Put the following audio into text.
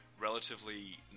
relatively